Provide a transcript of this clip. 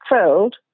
filled